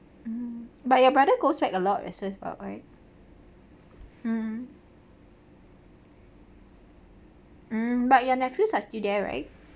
mm but your brother goes back a lot right mm mm but your nephews are still there right